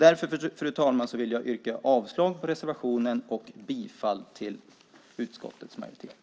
Därför, fru talman, vill jag yrka avslag på reservationen och bifall till utskottets förslag.